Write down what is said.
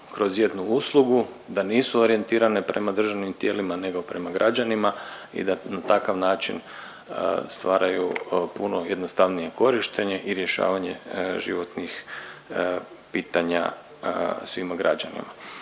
kroz jednu uslugu, da nisu orijentirane prema državnim tijelima nego prema građanima i da na takav način stvaraju puno jednostavnije korištenje i rješavanje životnih pitanja svim građanima.